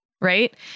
Right